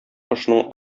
кошның